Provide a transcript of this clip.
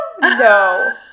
No